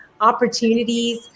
opportunities